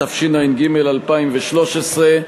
התשע"ג 2013,